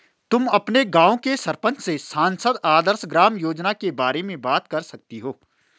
तुम अपने गाँव के सरपंच से सांसद आदर्श ग्राम योजना के बारे में बात कर सकती हो